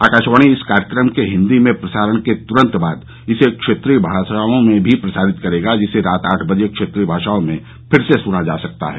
आकाशवाणी इस कार्यक्रम के हिंदी में प्रसारण के तुरंत बाद इसे क्षेत्रीय भाषाओं में भी प्रसारित करेगा जिसे रात आठ बजे क्षेत्रीय भाषाओं में फिर से सुना जा सकता है